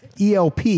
ELP